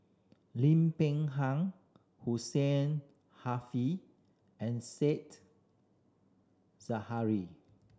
Lim Peng Han Hussein and Said Zahari